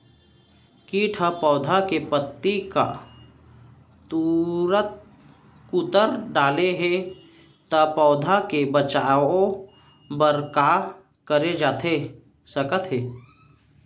किट ह पौधा के पत्ती का कुतर डाले हे ता पौधा के बचाओ बर का करे जाथे सकत हे?